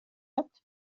hat